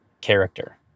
Character